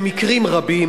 במקרים רבים